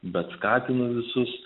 bet skatinu visus